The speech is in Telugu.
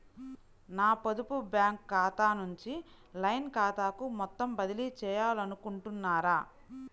నా పొదుపు బ్యాంకు ఖాతా నుంచి లైన్ ఖాతాకు మొత్తం బదిలీ చేయాలనుకుంటున్నారా?